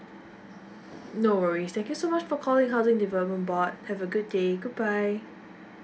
no worries thank you so much for calling housing and development board have a good day goodbye